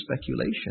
speculation